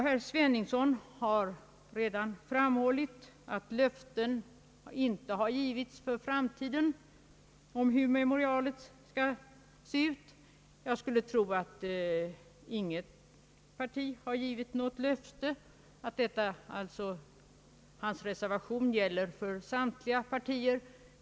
Herr Sveningsson har redan framhållit att löften inte har givits för framtiden om hur memorialet skall se ut — jag skulle tro att inget parti har givit något löfte och att hans reservation gäller för samtliga partier.